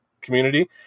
community